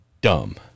dumb